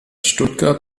stuttgart